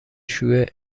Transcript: شیوع